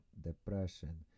depression